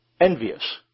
envious